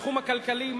בתחום הכלכלי?